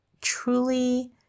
truly